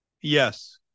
Yes